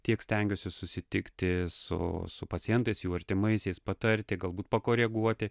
tiek stengiuosi susitikti su su pacientais jų artimaisiais patarti galbūt pakoreguoti